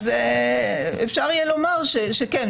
אז אפשר יהיה לומר שכן,